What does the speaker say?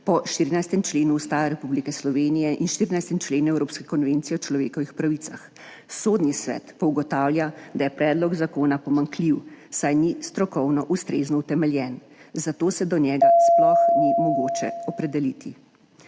po 14. členu Ustave Republike Slovenije in 14. členu Evropske konvencije o varstvu človekovih pravic. Sodni svet pa ugotavlja, da je predlog zakona pomanjkljiv, saj ni strokovno ustrezno utemeljen, zato se do njega sploh ni mogoče opredeliti.